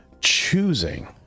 choosing